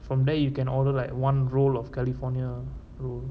from there you can order like one roll of california roll